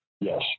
yes